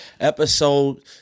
episode